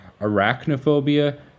Arachnophobia